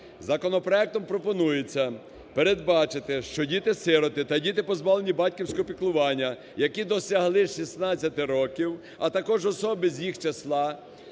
Законопроектом пропонується передбачити, що діти-сироти та діти, позбавлені батьківського піклування, які досягли 16 років, а також особи з їх числа,